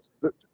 look—